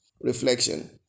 Reflection